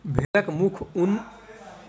भेड़क मुख पर ऊन बहुत रोग के उत्पत्ति कय सकै छै